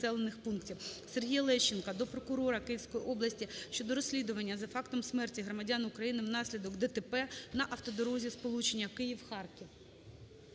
Сергія Лещенка до прокурора Київської області щодо розслідування за фактом смерті громадян України внаслідок ДТП на автодорозі сполучення "Київ-Харків".